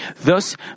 Thus